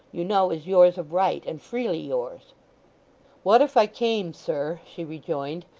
you know is yours of right, and freely yours what if i came, sir she rejoined,